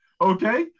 okay